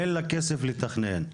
אין לה כסף לתכנן,